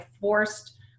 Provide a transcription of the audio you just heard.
forced